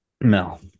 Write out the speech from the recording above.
Mel